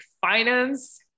finance